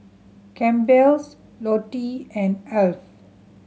Campbell's Lotte and Alf